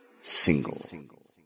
Single